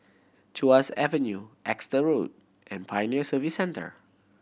Tuas Avenue Exeter Road and Pioneer Service Centre